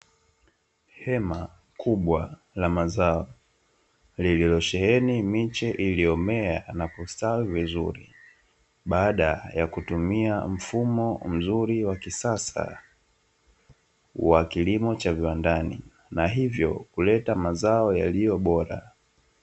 Hema kubwa la mazao lililosheheni miche iliyomea na kustawi vizuri baada ya kutumia mfumo mzuri wa kisasa wa kilimo cha viwandani, na hivyo kuleta mazao yaliyo bora.